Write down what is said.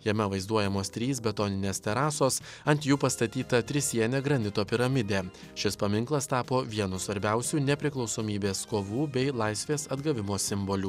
jame vaizduojamos trys betoninės terasos ant jų pastatyta trisienė granito piramidė šis paminklas tapo vienu svarbiausių nepriklausomybės kovų bei laisvės atgavimo simbolių